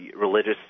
religious